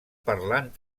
parlant